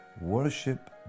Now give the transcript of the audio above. worship